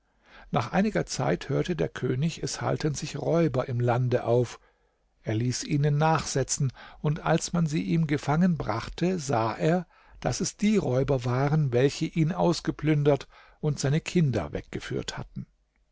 nach einiger zeit hörte der könig es halten sich räuber im lande auf er ließ ihnen nachsetzen und als man sie ihm gefangen brachte sah er daß es die räuber waren welche ihn ausgeplündert und seine kinder weggeführt hatten